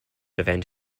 defend